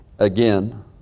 Again